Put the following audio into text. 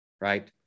right